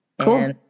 Cool